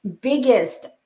biggest